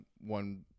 one